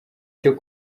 cyo